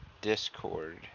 Discord